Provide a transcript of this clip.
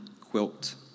quilt